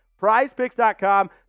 prizepicks.com